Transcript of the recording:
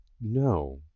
No